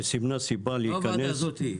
היא סימנה סיבה להיכנס --- לא הוועדה הזאתי.